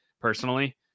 personally